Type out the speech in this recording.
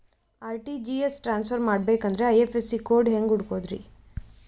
RTGS transfer ಮಾಡಬೇಕೆಂದರೆ IFSC code ಹೆಂಗ್ ಹುಡುಕೋದ್ರಿ?